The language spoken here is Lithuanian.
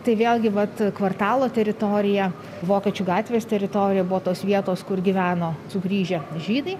tai vėlgi vat kvartalo teritorija vokiečių gatvės teritorija buvo tos vietos kur gyveno sugrįžę žydai